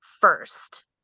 first